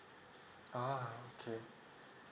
uh okay